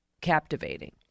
captivating